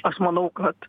aš manau kad